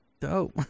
dope